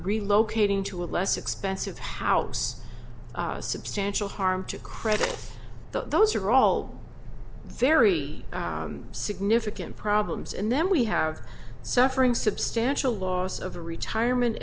relocating to a less expensive house a substantial harm to credit the those are all very significant problems and then we have suffering substantial loss of a retirement